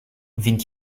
vind